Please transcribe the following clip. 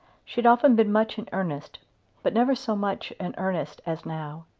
she had often been much in earnest but never so much in earnest as now.